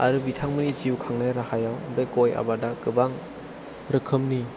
आरो बिथांमोननि जिउ खुंनाय राहायाव बे गय आबादा गोबां रोखोमनि